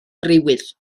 friwydd